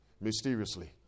mysteriously